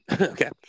Okay